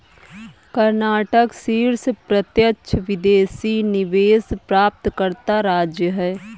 कर्नाटक शीर्ष प्रत्यक्ष विदेशी निवेश प्राप्तकर्ता राज्य है